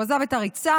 הוא עזב את הריצה,